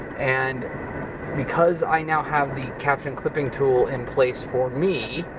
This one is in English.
and because i now have the caption clipping tool in place for me,